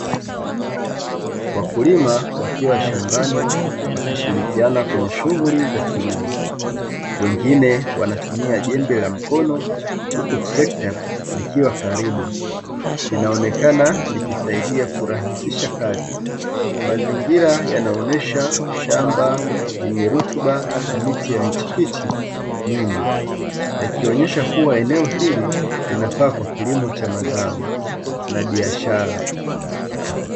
Wakulima wakiwa shambani wakishirikiana kwenye shughuli za kilimo, wengine wanatumia jembe la mkono huku trekta likiwa karibu linaonekana likisaidia kurahisisha kazi. Mazingira yanaonyesha shamba yenye rutuba na miche ya michikichi nyuma. Yakionyesha kuwa eneo hili linafaa kwa kilimo cha mazao na biashara.